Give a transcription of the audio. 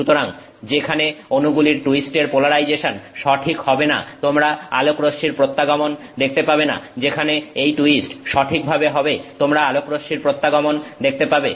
সুতরাং যেখানে অনুগুলির টুইস্টের পোলারাইজেশন সঠিক হবে না তোমরা আলোকরশ্মির প্রত্যাগমন দেখতে পাবেনা যেখানে এই টুইস্ট সঠিকভাবে হবে তোমরা আলোকরশ্মির প্রত্যাগমন দেখতে পাবে